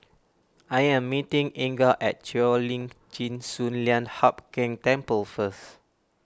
I am meeting Inga at Cheo Lim Chin Sun Lian Hup Keng Temple first